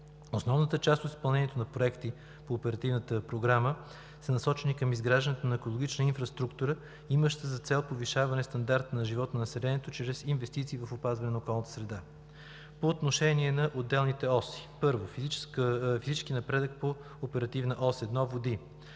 Основната част от изпълнението на проекти по Оперативната програма са насочени към изграждането на екологична инфраструктура, имаща за цел повишаване стандарта на живот на населението чрез инвестиции в опазването на околната среда. По отношение на отделните оси: 1. Физически напредък по Ос „Води“.